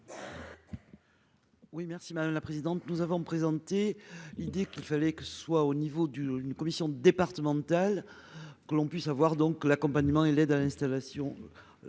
Oui merci madame la présidente. Nous avons présenté l'idée qu'il fallait que ce soit au niveau du une commission départementale. Que l'on puisse avoir, donc l'accompagnement et l'aide à l'installation.